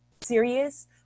serious